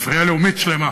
ספרייה לאומית שלמה